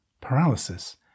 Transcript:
paralysis